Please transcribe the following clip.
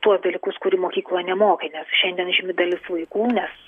tuos dalykus kurių mokykloje nemokė nes šiandien žymi dalis vaikų nes